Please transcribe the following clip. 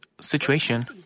situation